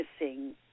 missing